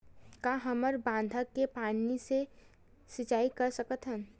का हमन बांधा के पानी ले सिंचाई कर सकथन?